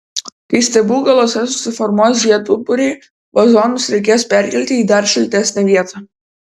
kai stiebų galuose susiformuos žiedpumpuriai vazonus reikės perkelti į dar šiltesnę vietą